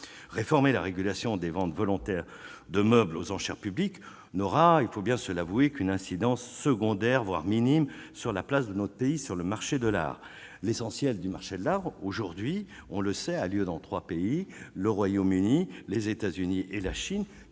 réformer la régulation des ventes volontaires de meubles aux enchères publiques Nora il faut bien se l'avouer qu'une incidence secondaire, voire minime sur la place de notre pays sur le marché de l'art, l'essentiel du marché de l'art aujourd'hui, on le sait, a lieu dans 3 pays : le Royaume-Uni, les États-Unis et la Chine,